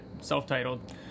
self-titled